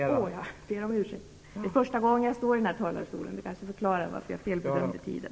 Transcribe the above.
Fru talman! Jag ber om ursäkt. Det är första gången jag står i den här talarstolen. Det kanske förklarar varför jag felbedömde tiden.